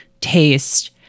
taste